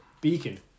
beacon